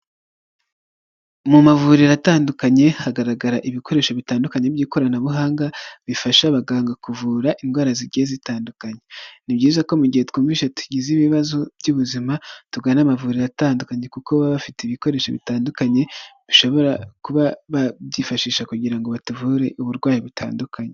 Mu mavuriro atandukanye hagaragara ibikoresho bitandukanye by'ikoranabuhanga, bifasha abaganga kuvura indwara zigiye zitandukanye. Ni byiza ko mu gihe twumvishe tugize ibibazo by'ubuzima, tugana amavuriro atandukanye kuko baba bafite ibikoresho bitandukanye bishobora kuba byifashishwa kugira ngo batuvure uburwayi butandukanye.